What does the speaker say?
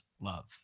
love